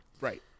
Right